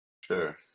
Sure